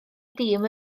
dîm